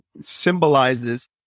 symbolizes